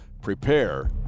Prepare